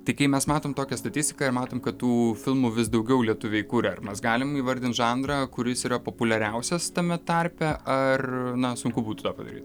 tai kai mes matom tokią statistiką ir matom kad tų filmų vis daugiau lietuviai kuria ar mes galime įvardint žanrą kuris yra populiariausias tame tarpe ar na sunku būtų tą padaryt